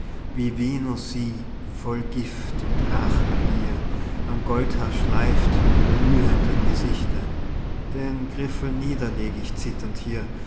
wie venus sie voll gift und rachbegier am goldhaar schleift mit glühendem gesichte den griffel nieder leg ich zitternd hier